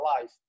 life